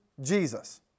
Jesus